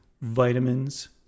vitamins